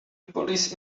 police